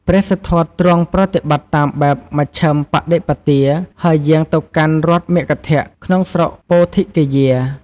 ព្រះសិទ្ធត្ថទ្រង់ប្រតិបត្តិតាមបែបមជ្ឈិមបដិបទា ហើយយាងទៅកាន់រដ្ឋមគធ ក្នុងស្រុកពោធិគយា។